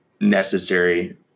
necessary